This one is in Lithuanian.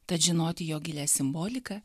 tad žinoti jo gilią simboliką